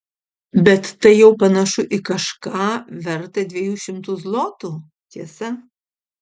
bet tai jau panašu į kažką vertą dviejų šimtų zlotų tiesa